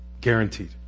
Guaranteed